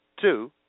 two